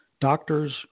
Doctors